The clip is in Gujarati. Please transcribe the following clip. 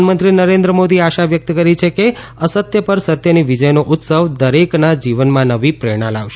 પ્રધાનમંત્રી નરેન્દ્ર મોદીએ આશા વ્યક્ત કરી છે કે અસત્ય પર સત્યની વિજયનો ઉત્સવ દરેકના જીવનમાં નવી પ્રેરણા લાવશે